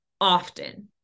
often